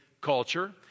culture